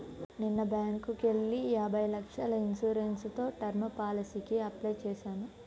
నిన్న బ్యేంకుకెళ్ళి యాభై లక్షల ఇన్సూరెన్స్ తో టర్మ్ పాలసీకి అప్లై చేశాను